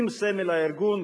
עם סמל הארגון,